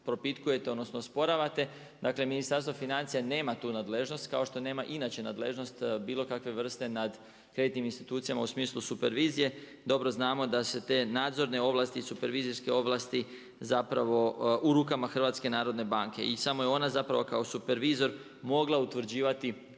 propitkujete odnosno osporavate. Dakle, Ministarstvo financija nema tu nadležnost kao što nema inače nadležnost bilo kakve vrste nad kreditnim institucijama u smislu supervizije. Dobro znamo da se te nadzorne ovlast, supervizijske ovlasti zapravo u rukama HNB-a i samo je ona kao supervizor mogla utvrđivati